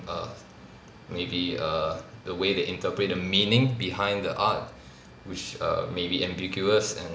err maybe err the way they interpret the meaning behind the art which err maybe ambiguous and